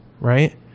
right